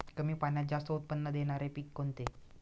कमी पाण्यात जास्त उत्त्पन्न देणारे पीक कोणते?